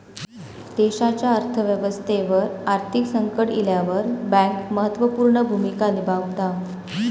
देशाच्या अर्थ व्यवस्थेवर आर्थिक संकट इल्यावर बँक महत्त्व पूर्ण भूमिका निभावता